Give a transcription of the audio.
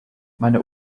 meine